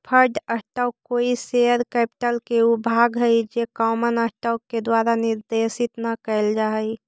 preferred stock कोई share capital के ऊ भाग हइ जे कॉमन स्टॉक के द्वारा निर्देशित न कैल जा हइ